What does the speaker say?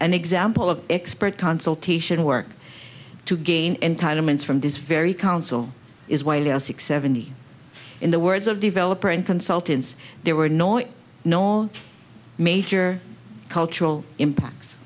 an example of expert consultation work to gain entitlements from this very council is why they are six seventy in the words of developer and consultants there were noise no major cultural impacts